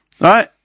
right